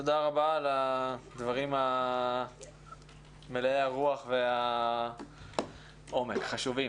תודה רבה על הדברים מלאי הרוח והעומק, חשובים